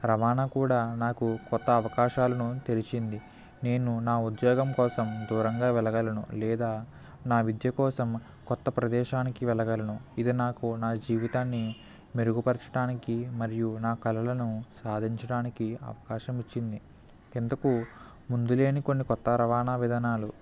రవాణా కూడా నాకు కొత్త ఆకాశాలను తెరిచింది నేను నా ఉద్యోగం కోసం దూరంగా వెళ్లగలను లేదా నా విద్య కోసం కొత్త ప్రదేశానికి వెళ్లగలను ఇది నాకు నా జీవితాన్ని మెరుగుపరచడానికి మరియు నా కలలను సాధించడానికి అవకాశం ఇచ్చింది ఎందుకు ముందులైన కొత్త రవాణా విధానాలు